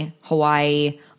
Hawaii